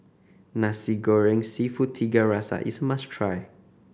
Nasi Goreng Seafood Tiga Rasa is a must try